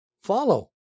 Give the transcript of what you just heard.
follow